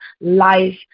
life